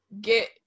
Get